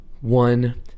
one